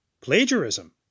plagiarism